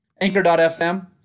Anchor.fm